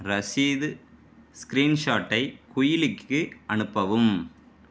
ரசீது ஸ்கிரீன்ஷாட்டை குயிலிக்கு அனுப்பவும்